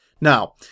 Now